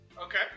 Okay